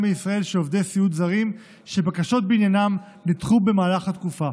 מישראל של עובדי הסיעוד הזרים שבקשות בעניינם נדחו במהלך התקופה.